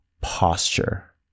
posture